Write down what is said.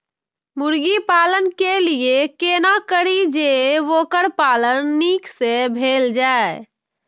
मुर्गी पालन के लिए केना करी जे वोकर पालन नीक से भेल जाय?